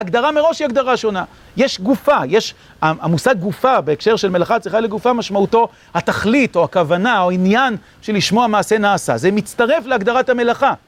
הגדרה מראש היא הגדרה שונה, יש גופה, יש... המושג גופה בהקשר של מלאכה צריכה לגופה משמעותו התכלית או הכוונה או עניין של לשמוע המעשה נעשה, זה מצטרף להגדרת המלאכה.